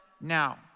now